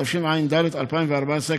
התשע"ד 2014,